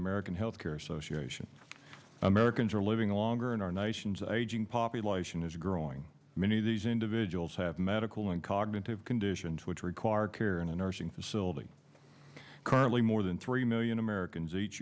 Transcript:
american health care association americans are living longer in our nation's aging population is growing many of these individuals have medical and cognitive conditions which require care in a nursing facility currently more than three million americans each